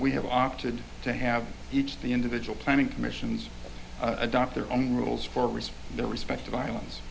we have opted to have each the individual planning commissions adopt their own rules for research to respect to violence